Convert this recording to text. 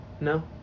no